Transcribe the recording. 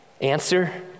Answer